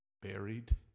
Buried